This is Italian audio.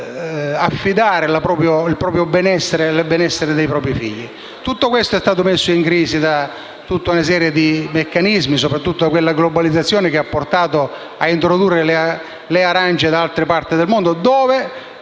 affidare il proprio benessere e il benessere dei propri figli. Tutto questo è stato messo in crisi da una serie di meccanismi, soprattutto da quella globalizzazione che ha portato a introdurre nel mercato arance di altre parti del mondo (dove